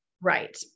Right